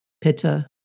pitta